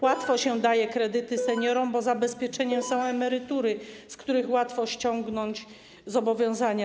Łatwo się daje kredyty seniorom, bo zabezpieczeniem są emerytury, z których łatwo ściągnąć zobowiązania.